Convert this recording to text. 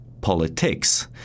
politics